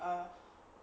err